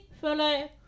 follow